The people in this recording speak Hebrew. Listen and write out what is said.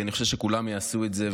כי אני חושב שכולם יעשו את זה,